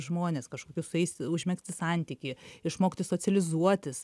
žmones kažkokius su jais užmegzti santykį išmokti socializuotis